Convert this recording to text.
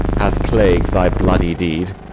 hath plagu'd thy bloody deed.